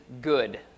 good